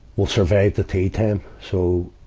we'll survive the tea time. so,